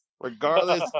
Regardless